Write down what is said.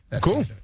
Cool